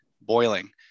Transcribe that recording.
boiling